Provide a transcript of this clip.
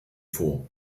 vor